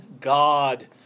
God